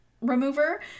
remover